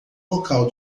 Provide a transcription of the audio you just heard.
local